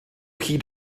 hyd